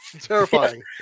terrifying